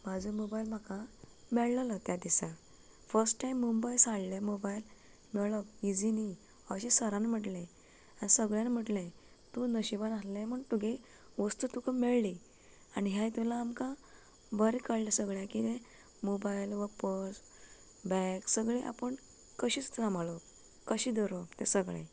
म्हजो मोबायल म्हाका मेयळळो त्या दिसा फस्ट टायम मुंबय सांडलें मोबायल मेळ्ळो इजी न्ही अशें सरान म्हणलें आनी सगल्यांनी म्हटलें तूं नशीबान आसलें म्हूण तुगे वस्तू तुका मेळ्ळी आनी हांवें धोल्लो आमकां बरें कळ्ळें सगळ्यां किदें मोबायल वा पर्स बॅग सगले आपूण कशी सांबाळप कशें धरप तें सगळें